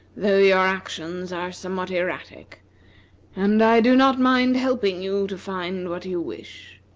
though your actions are somewhat erratic and i do not mind helping you to find what you wish.